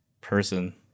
person